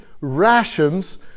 rations